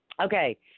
Okay